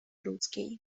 ludzkiej